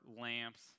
lamps